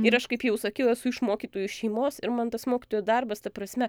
ir aš kaip jau sakiau esu iš mokytojų šeimos ir man tas mokytojo darbas ta prasme